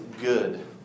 good